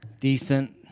decent